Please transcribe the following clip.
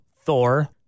Thor